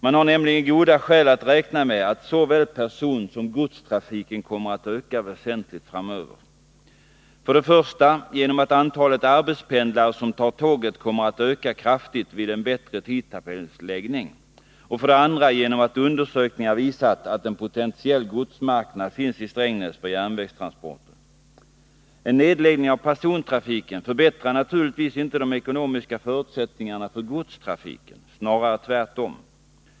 Man har nämligen goda skäl att räkna med att såväl personsom godstrafiken kommer att öka väsentligt framöver, för det första genom att antalet arbetspendlare som tar tåget kommer att öka kraftigt vid en bättre tidtabellsläggning, och för det andra genom att enligt undersökningar en potentiell godsmarknad för järnvägstransporter finns i Strängnäs. En nedläggning av persontrafiken förbättrar naturligtvis inte de ekonomiska förutsättningarna för godstrafiken — snarare tvärtom.